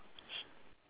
ya correct